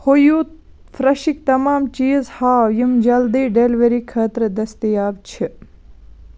ہویوٗ فرٛیشٕکۍ تمام چیٖز ہاو یِم جلدی ڈیلیوری خٲطرٕ دٔستیاب چھِ